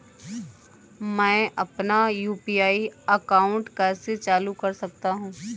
मैं अपना UPI account कैसे चालू कर सकता हूँ?